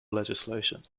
legislation